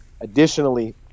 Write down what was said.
Additionally